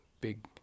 big